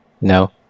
No